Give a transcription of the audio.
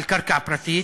על קרקע פרטית,